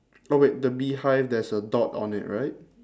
oh wait the beehive there's a dot on it right